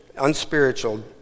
unspiritual